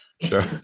Sure